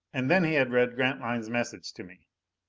and then he had read grantline's message to me.